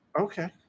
Okay